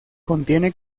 contiene